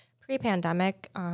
pre-pandemic